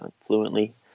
fluently